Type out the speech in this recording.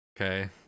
okay